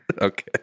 Okay